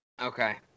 Okay